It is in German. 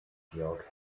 georg